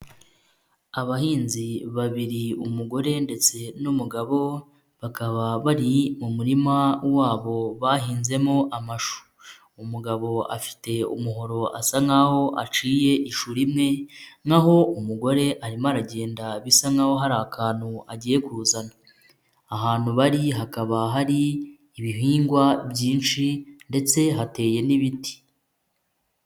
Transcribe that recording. Abahinzi babiri umugore ndetse n'umugabo, bakaba bari mu muririma wabo bahinzemo amashu, umugabo afite umuhoro asa nk'aho aciye ishu rimwe, naho umugore arimo aragenda, bisa nk'aho hari akantu agiye kuzana, ahantu bari hakaba hari ibihingwa byinshi ndetse hateye n'ibiti.